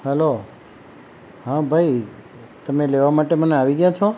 હાલો હા ભાઈ તમે લેવા માટે મને આવી ગયા છો